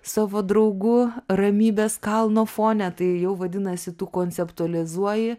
savo draugu ramybės kalno fone tai jau vadinasi tu konceptualizuoji